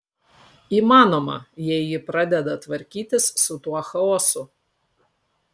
įmanoma jei ji pradeda tvarkytis su tuo chaosu